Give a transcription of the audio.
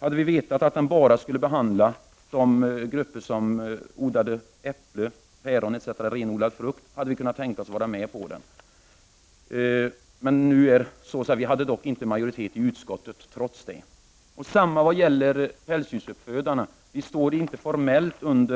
Hade vi vetat att den bara skulle handla om de grupper som odlar frukt hade vi kunnat tänka oss att vara med på reservationen. Vi skulle dock inte ha fått majoritet i utskottet. Detsamma gäller för reservationen om pälsdjursuppfödarna. Vi står inte formellt bakom